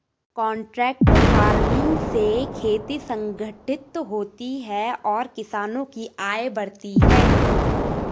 contract farming से खेती संगठित होती है और किसानों की आय बढ़ती है